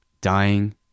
dying